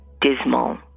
dismal